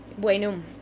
Bueno